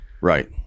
right